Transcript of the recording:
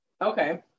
Okay